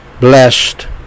blessed